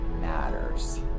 matters